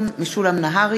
יצחק הרצוג,